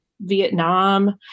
Vietnam